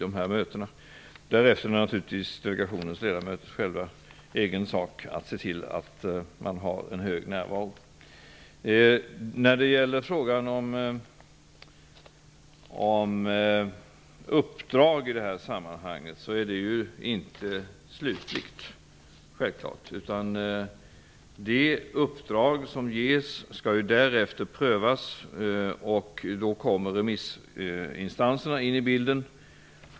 Därefter är det naturligtvis delegationens ledamöters egen sak att se till att det är hög närvaro. I fråga om uppdrag kan jag säga att uppdraget inte är slutligt. Det uppdrag som ges skall därefter prövas. Där kommer remissinstanserna in i bilden.